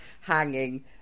hanging